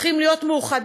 צריכים להיות מאוחדים,